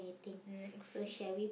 next week